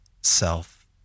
self